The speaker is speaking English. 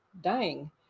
dying